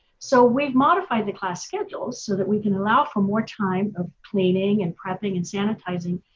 so, we've modified the class schedules so that we can allow for more time of cleaning and prepping and sanitizing.